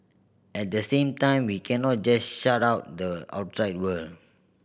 at the same time we cannot just shut out the outside world